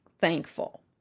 thankful